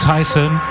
Tyson